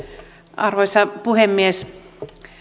arvoisa puhemies